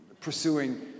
pursuing